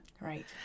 Right